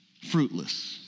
Fruitless